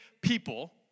people